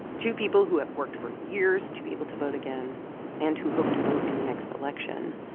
two people who have worked for years to be able to vote again and who hope to vote in the next election.